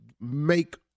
make